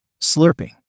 slurping